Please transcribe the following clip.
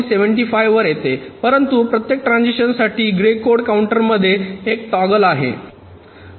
७५ वर येते परंतु प्रत्येक ट्रांझिशन्स साठी ग्रे कोड काउंटरमध्ये एक टॉगल आहे